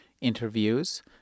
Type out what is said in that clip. interviews